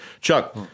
Chuck